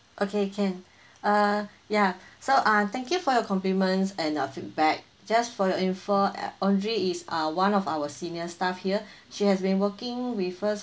okay can uh ya so uh thank you for your compliments and uh feedback just for your info uh audrey is uh one of our senior staff here she has been working with us